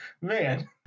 Man